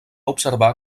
observar